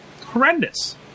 horrendous